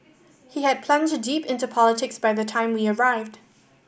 he had plunged deep into politics by the time we arrived